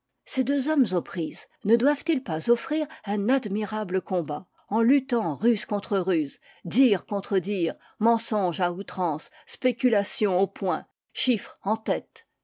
ces deux hommes aux prises ne doivent-ils pas offrir un admirable combat en luttant ruse contre ruse dires contre dires mensonge à outrance spéculation au poing chiffre en tête